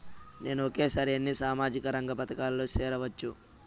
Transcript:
నేను ఒకేసారి ఎన్ని సామాజిక రంగ పథకాలలో సేరవచ్చు?